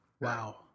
Wow